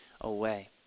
away